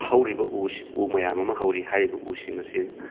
ꯍꯧꯔꯤꯕ ꯎꯁꯤꯡ ꯎ ꯃꯌꯥꯝ ꯑꯃ ꯍꯧꯔꯤ ꯍꯥꯏꯔꯤꯕ ꯎꯁꯤꯡ ꯑꯁꯤ